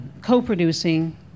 co-producing